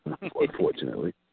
unfortunately